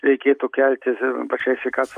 reikėtų kelti pačiai sveikatos